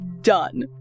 done